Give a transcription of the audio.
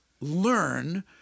learn